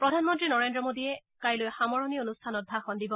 প্ৰধানমন্তী নৰেন্দ্ৰ মোডীয়ে কাইলৈ সামৰণি অনুষ্ঠানত ভাষণ দিব